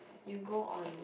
you go on